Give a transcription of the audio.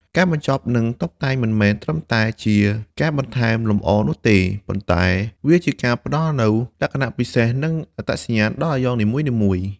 ការបញ្ចប់និងតុបតែងមិនមែនត្រឹមតែជាការបន្ថែមលម្អនោះទេ ប៉ុន្តែវាជាការផ្តល់នូវលក្ខណៈពិសេសនិងអត្តសញ្ញាណដល់អាយ៉ងនីមួយៗ។